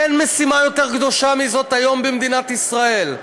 אין משימה יותר קדושה מזאת כיום במדינת ישראל,